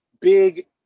big